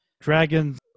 Dragons